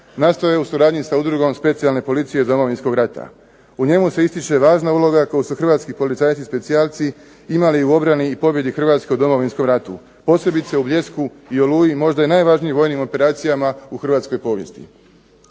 nastao je u suradnju sa udrugom Specijalne policije iz Domovinskog rata. U njima se ističe razna uloga koju su Hrvatski policajci, specijalci imali u obrani i pobjedi Hrvatske u Domovinskom ratu, posebice u Bljesku i Oluji možda najvažnijim vojnim operacijama u Hrvatskoj povijesti.